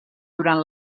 durant